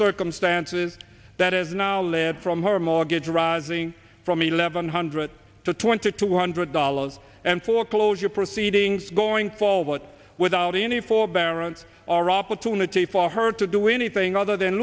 circumstances that is now led from her mortgage arising from eleven hundred to twenty two hundred dollars and foreclosure proceedings going forward without any forbearance or opportunity for her to do anything other than